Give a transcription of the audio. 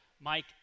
Mike